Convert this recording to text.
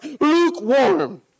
lukewarm